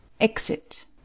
Exit